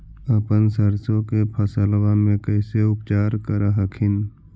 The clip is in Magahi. अपन सरसो के फसल्बा मे कैसे उपचार कर हखिन?